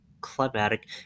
climatic